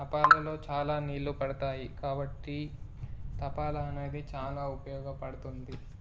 తపాలెలో చాలా నీళ్ళు పడతాయి కాబట్టి తపాలె అనేది చాలా ఉపయోగపడుతుంది